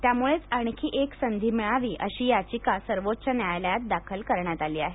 त्यामुळेच आणखी एक संधि मिळावी अशी याचिका सर्वोच्च न्यायालयात दाखल करण्यात आली आहे